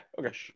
okay